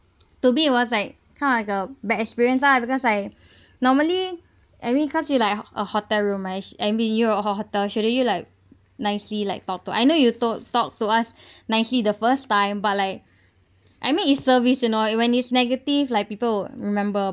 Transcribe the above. to me it was like kind of like a bad experience lah because like normally I mean cause you like a hotel room right and be you a hotel shouldn't you like nicely like talk to I know you told talked to us nicely the first time but like I mean its service you know when it's negative like people would remember